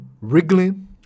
wriggling